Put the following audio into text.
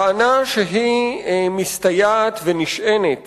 טענה שהיא מסתייעת ונשענת